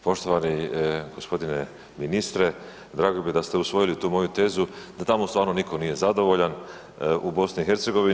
Poštovani gospodine ministre, drago mi je da ste usvojili tu moju tezu, da tamo stvarno nitko nije zadovoljan u BiH.